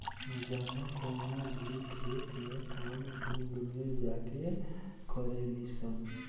जाना कवनो भी खेत के काम झुंड में जाके करेली सन